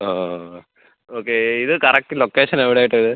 ആ ആ ആ ആ ഓക്കെ ഇത് കറക്റ്റ് ലൊക്കേഷൻ എവിടെ ആയിട്ടാണ് ഇത്